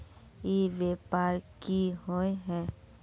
ई व्यापार की होय है?